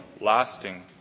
lasting